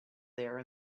there